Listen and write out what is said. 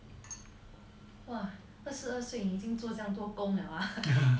!wah! 二十二岁已经做这样多工了啊